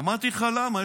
אמרתי לך: למה?